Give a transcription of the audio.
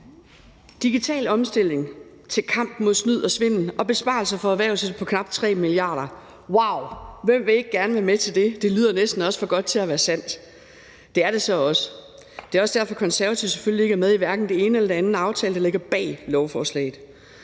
Digital omstilling til kamp mod snyd og svindel og besparelser for erhvervslivet på 3 mia. kr., wow, hvem vil ikke gerne være med til det? Det lyder næsten også for godt til at være sandt. Det er det så også. Det er også derfor, at Konservative selvfølgelig ikke er med i hverken den ene eller den anden aftale, der ligger bag lovforslaget.